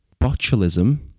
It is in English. botulism